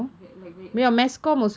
like very